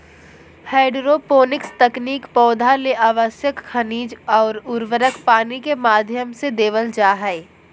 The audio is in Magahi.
हैडरोपोनिक्स तकनीक पौधा ले आवश्यक खनिज अउर उर्वरक पानी के माध्यम से देवल जा हई